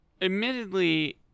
admittedly